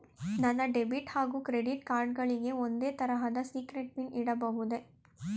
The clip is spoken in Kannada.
ನನ್ನ ಡೆಬಿಟ್ ಹಾಗೂ ಕ್ರೆಡಿಟ್ ಕಾರ್ಡ್ ಗಳಿಗೆ ಒಂದೇ ತರಹದ ಸೀಕ್ರೇಟ್ ಪಿನ್ ಇಡಬಹುದೇ?